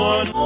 One